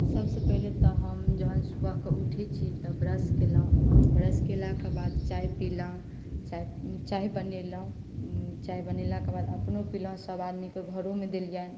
सभसँ पहिने तऽ हम जखन सुबहके उठैत छी तऽ ब्रश केलहुँ ब्रश केलाक बाद चाय पीलहुँ चाय बनेलहुँ चाय बनेलाक बाद अपनहुँ पीलहुँ आ सभ आदमीके घरोमे देलियनि